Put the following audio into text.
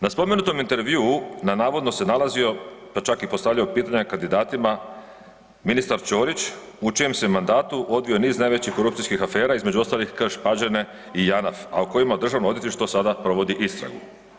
Na spomenutom intervjuu na navodno se nalazio, pa čak i postavljao pitanja kandidatima ministar Ćorić u čijem se mandatu odvio niz najvećih korupcijskih afera, između ostalih Krš-Pađene i Janaf, a u kojima državno odvjetništvo sada provodi istragu.